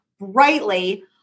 Brightly